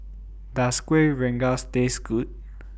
Does Kueh Rengas Taste Good